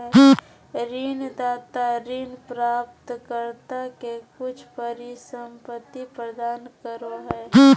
ऋणदाता ऋण प्राप्तकर्ता के कुछ परिसंपत्ति प्रदान करो हइ